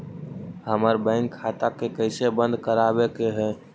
हमर बैंक खाता के कैसे बंद करबाबे के है?